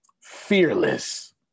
fearless